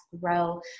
grow